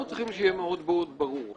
אנחנו צריכים שיהיה ברור מאוד,